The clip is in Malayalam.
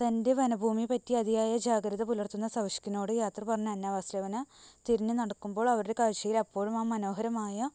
തൻ്റെ വനഭൂമിയെപ്പറ്റി അതിയായ ജാഗ്രത പുലർത്തുന്ന സവിഷ്കിനോട് യാത്ര പറഞ്ഞ് അന്നാവാസ്ലിവ്ന തിരിഞ്ഞുനടക്കുമ്പോൾ അവരുടെ കാഴ്ചയിൽ അപ്പോഴും ആ മനോഹരമായ